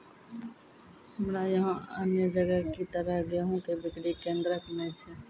हमरा यहाँ अन्य जगह की तरह गेहूँ के बिक्री केन्द्रऽक नैय छैय?